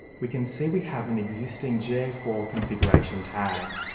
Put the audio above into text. we can see we have an existing g a four configuration tag.